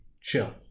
Chill